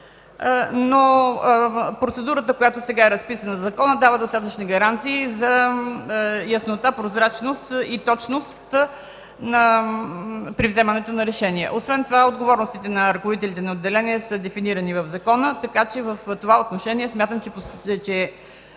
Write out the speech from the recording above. но процедурата, която сега е разписана в закона, дава достатъчно гаранции за яснота, прозрачност и точност при вземането на решения. Освен това отговорностите на ръководителите на отделения са дефинирани в закона, така че в това отношение, смятам, че е